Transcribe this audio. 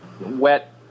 wet